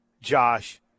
Josh